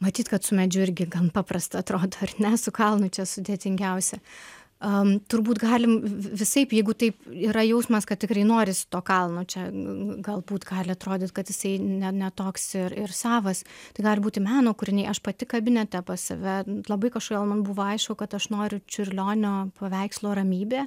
matyt kad su medžiu irgi gan paprasta atrodo ar ne su kalnu čia sudėtingiausia a turbūt galim vi visaip jeigu taip yra jausmas kad tikrai norisi to kalno čia galbūt gali atrodyt kad jisai ne ne toks ir ir savas tai gali būti meno kūriniai aš pati kabinete pas save labai kažkodėl man buvo aišku kad aš noriu čiurlionio paveikslo ramybė